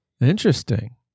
Interesting